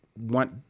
want